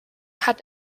hat